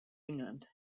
england